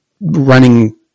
running